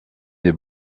des